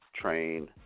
train